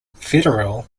federal